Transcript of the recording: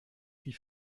pris